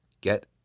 get